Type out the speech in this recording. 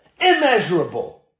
Immeasurable